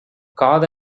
காத